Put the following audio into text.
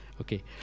Okay